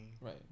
Right